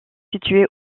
située